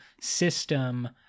system